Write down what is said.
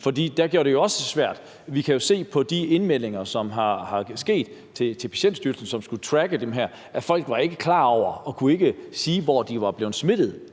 Det gjorde det også svært. Vi kan se jo på de indmeldinger, der er sket til Styrelsen for Patientsikkerhed, som skulle tracke det her, at folk ikke var klar over og ikke kunne sige, hvor de var blevet smittet